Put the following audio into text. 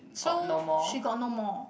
so she got no more